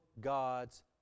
God's